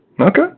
Okay